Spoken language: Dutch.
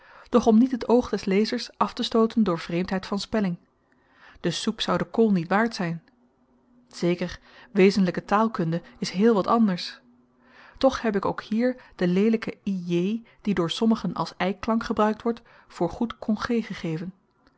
om niet het oog des lezers aftestooten door vreemdheid van spelling de soep zou de kool niet waard zyn zeker wezenlyke taalkunde is heel wat anders toch heb ik ook hier de leelyke i j die door sommigen als y klank gebruikt wordt voor goed congé gegeven